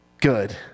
good